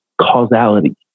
causality